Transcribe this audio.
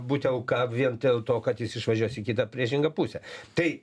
būti auka vien dėl to kad jis išvažiuos į kitą priešingą pusę tai